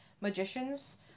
magicians